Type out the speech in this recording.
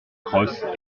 crosses